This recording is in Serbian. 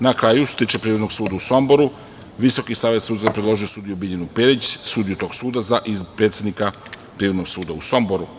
Na kraju, što se tiče Privrednog suda u Somboru, Visoki savet sudstva je predložio sudiju Biljanu Perić, sudiju tog suda, za predsednika Privrednog suda u Somboru.